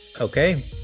Okay